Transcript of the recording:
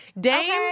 Dame